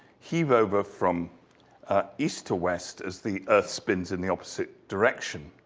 heave over from east to west as the earth spins in the opposite direction.